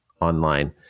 online